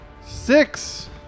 Six